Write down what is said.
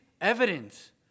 evidence